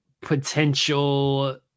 potential